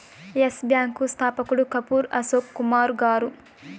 yes bank స్థాపకుడు కపూర్ అశోక్ కుమార్ గారు